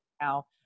now